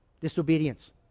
Disobedience